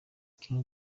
king